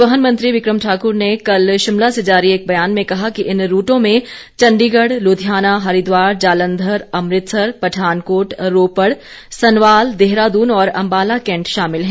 परिवहन मंत्री विक्रम ठाकुर ने कल शिमला से जारी एक बयान में कहा कि इन रूटों में चण्डीगढ़ लुधियाना हरिद्वार जालंधर अमृतसर पठानकोट रोपड़ सनवाल देहरादून और अम्बाला कैंट शामिल हैं